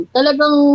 Talagang